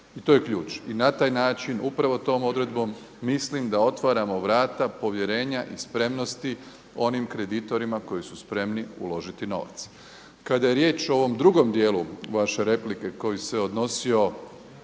I to je ključ i na taj način upravo tom odredbom mislim da otvaramo vrata povjerenja i spremnosti onim kreditorima koji su spremni uložiti novac. Kada je riječ o ovom drugom dijelu vaše replike koji se odnosio